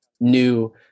new